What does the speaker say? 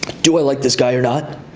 do i like this guy or not?